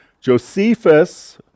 Josephus